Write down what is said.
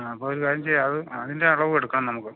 ആ അപ്പോള് ഒരു കാര്യം ചെയ്യാം അത് അതിൻ്റെ അളവും എടുക്കണം നമുക്ക്